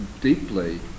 deeply